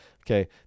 Okay